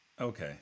Okay